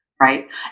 right